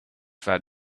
fat